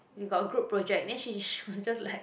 we got group project then she she was just like